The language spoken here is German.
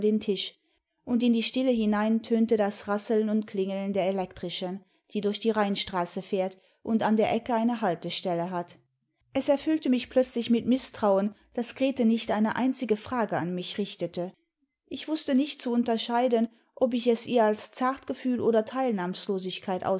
imd in die stille hinein tönte das rasseln und klingeln der elektrischen die durch die rheinstraße fährt und an der ecke eine haltestelle hat es erfüllt mich plötzlich mit mißtrauen daß grete nicht eine einzige frage an mich richtete ich wußte nicht zu imterscheiden ob ich es ihr als zartgefühl oder